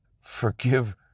forgive